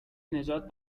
نجات